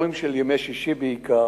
חברי הכנסת שאלות שאושרו על-ידי הנשיאות מפעם